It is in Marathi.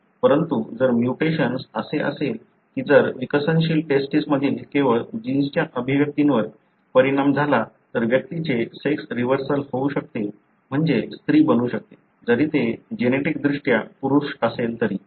परंतु जर म्युटेशन्स असे असेल की जर विकसनशील टेस्टीस मधील केवळ जिन्सच्या अभिव्यक्तीवर परिणाम झाला तर व्यक्तीचे सेक्स रिव्हर्सल होऊ शकते म्हणजे स्त्री बनू शकते जरी ते जेनेटिक दृष्ट्या पुरुष असले तरी